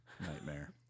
Nightmare